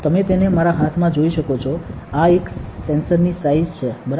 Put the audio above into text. તમે તેને મારા હાથમાં જોઈ શકો છો આ એક સેન્સરની સાઈઝ છે બરાબર